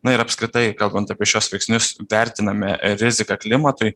na ir apskritai kalbant apie šiuos veiksnius vertiname riziką klimatui